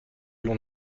l’on